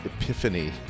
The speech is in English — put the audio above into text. epiphany